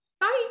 bye